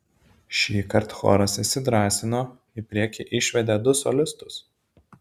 šįkart choras įsidrąsino į priekį išvedė du solistus